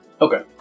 Okay